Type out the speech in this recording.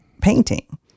painting